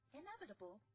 inevitable